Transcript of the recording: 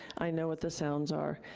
i know what the sounds are.